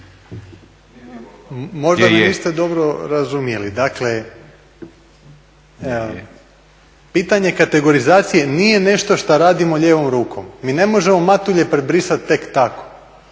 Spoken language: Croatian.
Možda me niste dobro razumjeli. Dakle, pitanje kategorizacije nije nešto što radimo lijevom rukom. Mi ne možemo Matulje prebrisati tek tako.